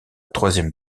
troisième